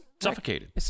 suffocated